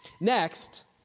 Next